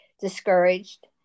Discouraged